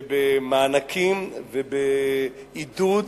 ובמענקים, ובעידוד,